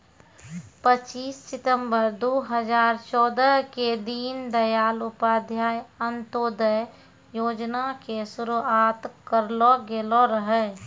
पच्चीस सितंबर दू हजार चौदह के दीन दयाल उपाध्याय अंत्योदय योजना के शुरुआत करलो गेलो रहै